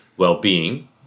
well-being